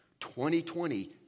2020